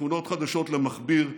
שכונות חדשות למכביר,